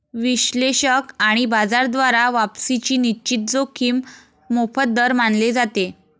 विश्लेषक आणि बाजार द्वारा वापसीची निश्चित जोखीम मोफत दर मानले जाते